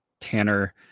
Tanner